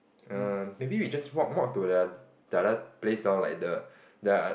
err maybe we just walk walk to the the another place loh like the